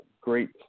great